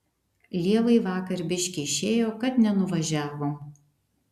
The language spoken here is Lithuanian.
lievai vakar biškį išėjo kad nenuvažiavom